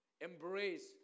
embrace